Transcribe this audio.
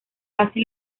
casi